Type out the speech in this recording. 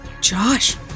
Josh